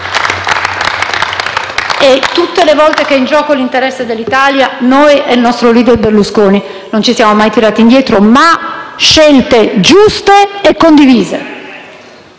Tutte le volte che è in gioco l'interesse dell'Italia, noi e il nostro *leader* Berlusconi non ci siamo mai tirati indietro, ma che le scelte siano giuste e condivise.